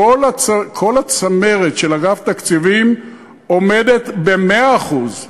כל הצמרת של אגף תקציבים עומדת במאה אחוז.